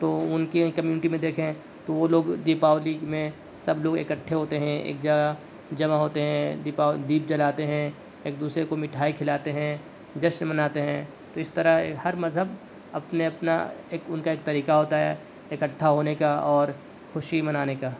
تو ان کے کمیونٹی میں دیکھیں تو وہ لوگ دیپاولی میں سب لوگ اکٹھے ہوتے ہیں ایک جگہ جمع ہوتے ہیں دیپ جلاتے ہیں ایک دوسرے کو مٹھائی کھلاتے ہیں جشن مناتے ہیں تو اس طرح ہر مذہب اپنے اپنا ایک ان کا ایک طریقہ ہوتا ہے اکٹھا ہونے کا اور خوشی منانے کا